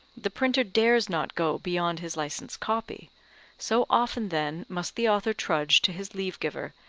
the printer dares not go beyond his licensed copy so often then must the author trudge to his leave-giver,